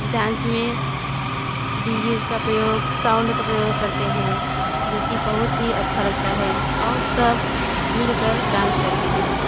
dance में D J का प्रयोग साउंड का प्रयोग करते हैं जो कि बहुत ही अच्छा लगता है और सब मिल कर डांस करते हैं